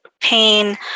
pain